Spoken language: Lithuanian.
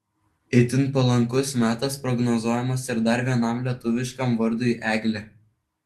itin palankus metas prognozuojamas ir dar vienam lietuviškam vardui eglė